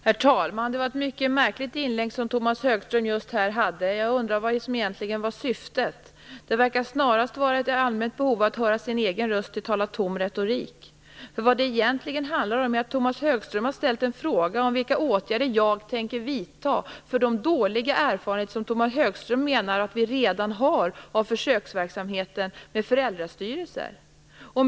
Herr talman! Det var ett mycket märkligt inlägg som Tomas Högström gjorde. Jag undrar vad som egentligen var syftet. Det verkar snarast vara ett allmänt behov av att höra sin egen röst och tala tom retorik. Vad det egentligen handlar om är att Tomas Högström har ställt en fråga om vilka åtgärder jag tänker vidta med anledning av de dåliga erfarenheter som Tomas Högström menar att vi redan har av försöksverksamheten med föräldrastyrelser.